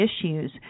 issues